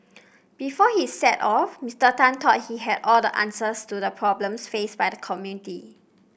before he set off Mister Tan thought he had all the answers to the problems faced by the community